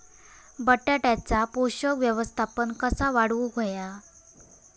बटाट्याचा पोषक व्यवस्थापन कसा वाढवुक होया?